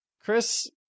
chris